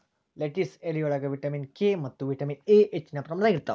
lettuce ಎಲಿಯೊಳಗ vitamin K ಮತ್ತ vitamin A ಹೆಚ್ಚಿನ ಪ್ರಮಾಣದಾಗ ಇರ್ತಾವ